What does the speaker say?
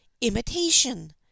imitation